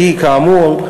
כי כאמור,